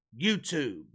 YouTube